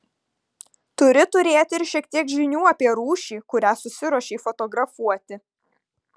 turi turėti ir šiek tiek žinių apie rūšį kurią susiruošei fotografuoti